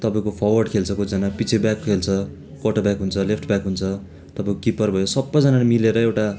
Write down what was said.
तपाईँको फरवर्ड खेल्छ कतिजना पिच्छे ब्याक खेल्छ क्वाटर ब्याक हुन्छ लेफ्ट ब्याक हुन्छ तपाईँको किप्पर भयो सबैजना मिलेर एउटा